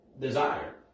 desire